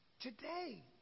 Today